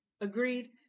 Agreed